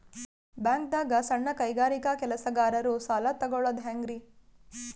ಬ್ಯಾಂಕ್ದಾಗ ಸಣ್ಣ ಕೈಗಾರಿಕಾ ಕೆಲಸಗಾರರು ಸಾಲ ತಗೊಳದ್ ಹೇಂಗ್ರಿ?